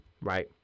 right